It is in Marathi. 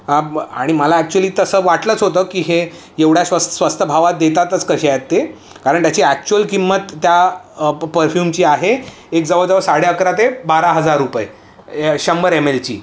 आणि आणि मला ॲक्च्युअली तसं वाटलंच होतं की हे एवढ्या स्वस्वस्त भावात देतातच कशे आहेत ते कारण त्याची ॲक्च्युअल किंमत त्या परफ्यूमची आहे एक जवळ जवळ साडे अकरा ते बारा हजार रुपये शंभर एमएलची